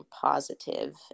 positive